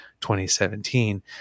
2017